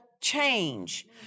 change